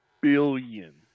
billion